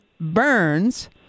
Burns